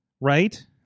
right